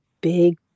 big